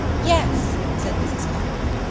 yes, said mrs. conroy.